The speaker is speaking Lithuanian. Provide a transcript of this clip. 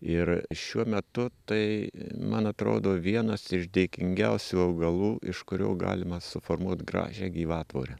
ir šiuo metu tai man atrodo vienas iš dėkingiausių augalų iš kurio galima suformuot gražią gyvatvorę